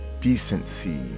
decency